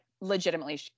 legitimately